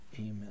amen